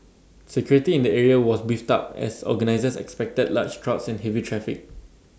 security in the area was beefed up as organisers expected large crowds and heavy traffic